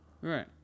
right